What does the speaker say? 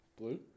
Blue